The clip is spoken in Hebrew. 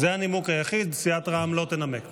זה הנימוק היחיד, סיעת רע"מ לא תנמק.